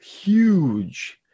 huge